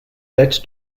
led